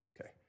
Okay